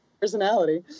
personality